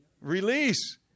Release